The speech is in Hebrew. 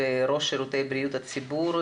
ראש שירותי בריאות הציבור,